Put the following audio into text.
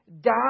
die